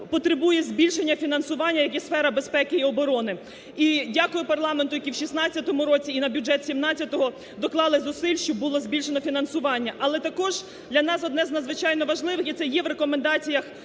потребує збільшення фінансування, як і сфера безпеки і оборони. І дякую парламенту, який в 2016 році і на бюджет 2017-о доклали зусиль, щоб було збільшено фінансування. Але також для нас одне з надзвичайно важливих є і це є в рекомендаціях